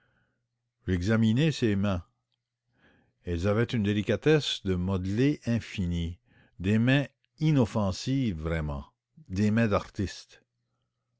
j'examinai ses mains elles avaient une délicatesse de modelé infinie des mains inoffensives vraiment des mains d'artiste